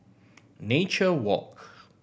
Nature Walk